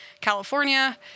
California